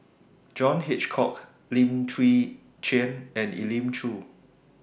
John Hitchcock Lim Chwee Chian and Elim Chew